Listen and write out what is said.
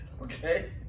Okay